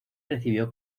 recibió